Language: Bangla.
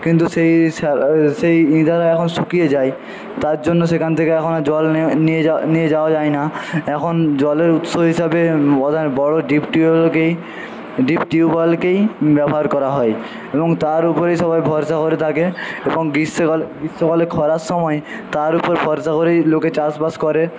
কিন্তু সেই শ্যা সেই ইঁদারা এখন শুকিয়ে যায় তার জন্য সেখান থেকে এখন আর জল নে নিয়ে যাওয়া নিয়ে যাওয়া যায় না এখন জলের উৎস হিসাবে বড়ো ডিপ টিউবওয়েলকেই ডিপ টিউবওয়েলকেই ব্যবহার করা হয় এবং তার উপরেই সবাই ভরসা করে থাকে এবং গ্রীষ্মকাল গ্রীষ্মকালে খরার সময় তার উপর ভরসা করেই লোকে চাষবাস করে